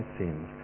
sins